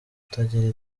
utagira